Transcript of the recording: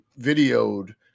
videoed